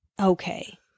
okay